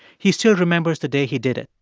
he still remembers the day he did it.